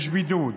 יש בידוד?